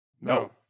No